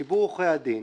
ציבור עורכי הדין